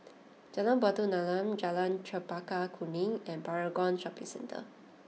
Jalan Batu Nilam Jalan Chempaka Kuning and Paragon Shopping Centre